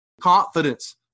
Confidence